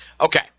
Okay